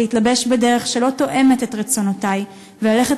להתלבש בדרך שלא תואמת את רצונותי וללכת